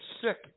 sick